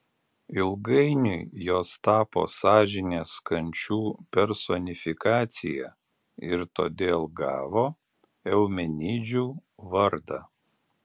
ilgainiui jos tapo sąžinės kančių personifikacija ir todėl gavo eumenidžių vardą